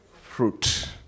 fruit